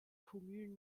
communes